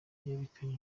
yerekanye